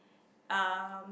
um